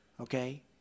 okay